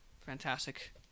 fantastic